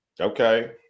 Okay